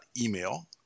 email